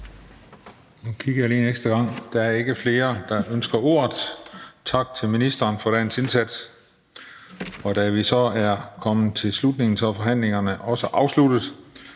Nu kigger jeg lige en ekstra gang. Der er ikke flere, der ønsker ordet. Så tak til ministeren for dagens indsats. Da vi så er nået til slutningen, er forhandlingen også afsluttet.